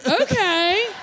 Okay